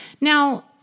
Now